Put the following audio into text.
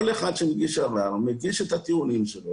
כל אחד שמגיש ערער מגיש את הטיעונים שלו,